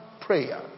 prayer